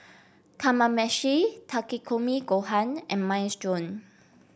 Kamameshi Takikomi Gohan and Minestrone